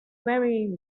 very